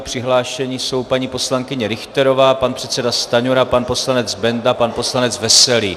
Přihlášeni jsou paní poslankyně Richterová, pan předseda Stanjura, pan poslanec Benda, pan poslanec Veselý.